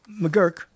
McGurk